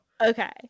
Okay